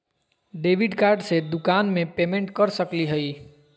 Debit card से दुकान में पेमेंट कर सकली हई?